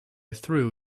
threw